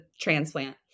transplant